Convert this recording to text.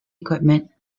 equipment